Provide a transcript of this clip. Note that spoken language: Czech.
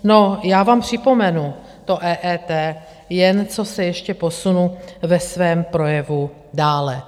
No, já vám připomenu to EET, jen co se ještě posunu ve svém projevu dále.